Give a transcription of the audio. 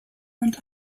and